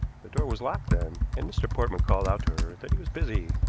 the door was locked then, and mr. portman called out to her that he was busy,